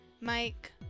Mike